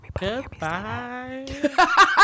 goodbye